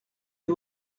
est